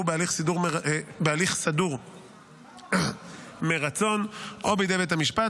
בהליך סדור מרצון או בידי בית המשפט.